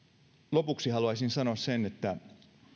lopuksi haluaisin sanoa sen että